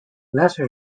lesser